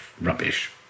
rubbish